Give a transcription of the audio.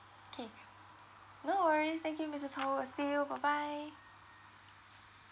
K no worries thank you missus ho uh see you bye bye